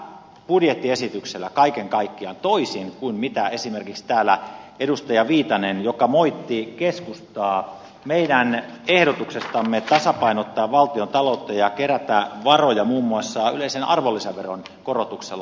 tällä budjettiesityksellä kaiken kaikkiaan toisin kuin mitä sanoi täällä esimerkiksi edustaja viitanen joka moitti keskustaa meidän ehdotuksestamme tasapainottaa valtiontaloutta ja kerätä varoja muun muassa yleisen arvonlisäveron korotuksella